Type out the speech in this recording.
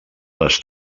les